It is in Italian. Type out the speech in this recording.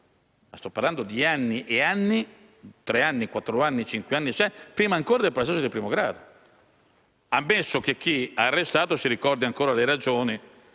Sto parlando di anni e anni: tre anni, quattro anni, cinque anni, sei anni prima ancora del processo di primo grado. Ammesso, poi, che chi è stato arrestato si ricordi ancora le ragioni